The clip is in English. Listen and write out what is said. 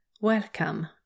Welcome